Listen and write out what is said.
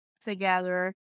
together